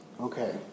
Okay